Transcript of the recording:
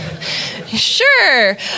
sure